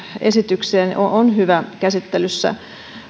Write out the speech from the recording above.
esitykseen on on hyvä käsittelyssä